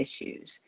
issues